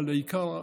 אבל העיקר,